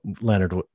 Leonard